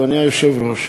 אדוני היושב-ראש,